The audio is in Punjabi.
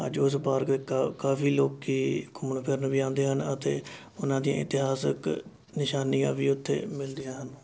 ਅੱਜ ਉਸ ਪਾਰਕ ਕ ਕਾਫੀ ਲੋਕੀ ਘੁੰਮਣ ਫਿਰਨ ਵੀ ਆਉਂਦੇ ਹਨ ਅਤੇ ਉਹਨਾਂ ਦੀਆਂ ਇਤਿਹਾਸਕ ਨਿਸ਼ਾਨੀਆਂ ਵੀ ਉੱਥੇ ਮਿਲਦੀਆਂ ਹਨ